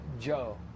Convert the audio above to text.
Joe